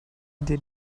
der